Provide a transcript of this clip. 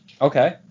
Okay